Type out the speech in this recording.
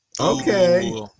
Okay